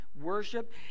worship